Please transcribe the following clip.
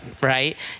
right